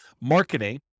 marketing